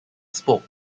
spoke